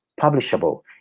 publishable